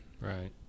right